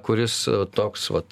kuris toks vat